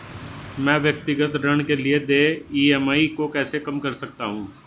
मैं व्यक्तिगत ऋण के लिए देय ई.एम.आई को कैसे कम कर सकता हूँ?